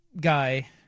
guy